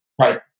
Right